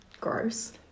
gross